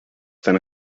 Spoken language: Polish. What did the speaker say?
ten